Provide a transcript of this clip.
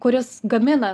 kuris gamina